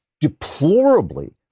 deplorably